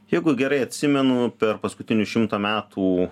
jeigu gerai atsimenu per paskutinius šimtą metų